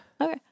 Okay